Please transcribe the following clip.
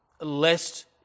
lest